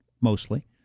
mostly